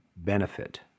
Benefit